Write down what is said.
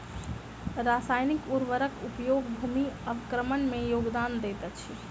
रासायनिक उर्वरक उपयोग भूमि अवक्रमण में योगदान दैत अछि